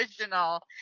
original